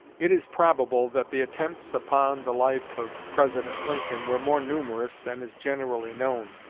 it is probable that the attempts upon the life of president lincoln were more numerous than is generally known.